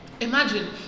Imagine